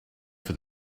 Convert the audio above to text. for